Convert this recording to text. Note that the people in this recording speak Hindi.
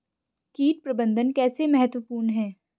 कीट प्रबंधन कैसे महत्वपूर्ण है?